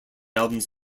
albums